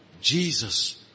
Jesus